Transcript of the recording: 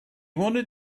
wanted